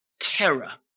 terror